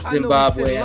Zimbabwe